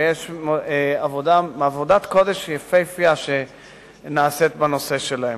ויש עבודת קודש יפהפייה שנעשית בנושא שלהם.